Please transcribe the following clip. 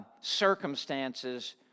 circumstances